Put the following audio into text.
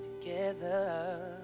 together